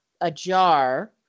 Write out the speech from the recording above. ajar